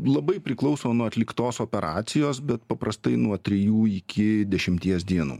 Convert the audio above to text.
labai priklauso nuo atliktos operacijos bet paprastai nuo trijų iki dešimties dienų